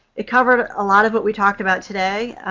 it covered a lot of what we talked about today.